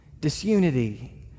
disunity